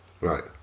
Right